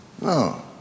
No